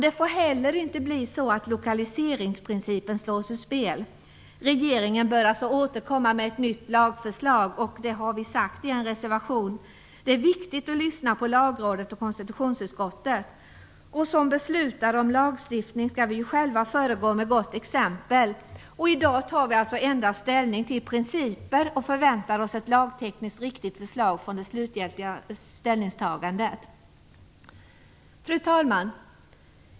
Det får heller inte bli så, att lokaliseringsprincipen slås ur spel. Regeringen bör alltså återkomma med ett nytt lagförslag. Det har vi sagt i en reservation. Det är viktigt att lyssna på Lagrådet och konstitutionsutskottet. Som lagstiftare skall vi själva föregå med gott exempel. I dag tar vi alltså endast ställning till principen och förväntar oss ett lagtekniskt riktigt förslag för det slutgiltiga ställningstagandet. Fru talman!